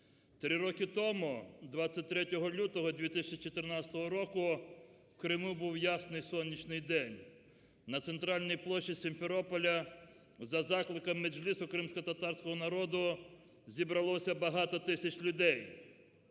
Три роки тому 23 лютого 2014 року в Криму був ясний, сонячний день. На центральній площі Сімферополя за закликами Меджлісу кримськотатарського народу зібралося багато тисяч людей